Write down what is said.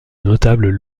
notables